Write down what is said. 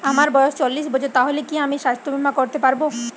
আমার বয়স চল্লিশ বছর তাহলে কি আমি সাস্থ্য বীমা করতে পারবো?